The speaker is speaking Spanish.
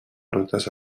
rutas